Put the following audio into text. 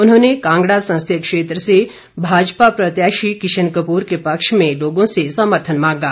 उन्होंने कांगड़ा संसदीय क्षेत्र से भाजपा प्रत्याशी किशन कपूर के पक्ष में लोगों से समर्थन मांगा